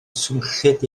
swnllyd